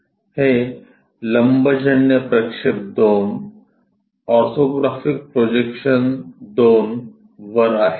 हे लंबजन्य प्रक्षेप II ऑर्थोग्राफिक प्रोजेक्शन II वर आहे